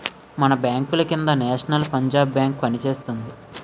మన బాంకుల కింద నేషనల్ పంజాబ్ బేంకు పనిచేస్తోంది